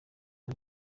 uyu